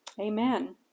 Amen